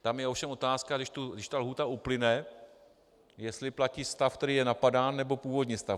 Tam je ovšem otázka, když ta lhůta uplyne, jestli platí stav, který je napadán, nebo původní stav.